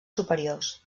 superiors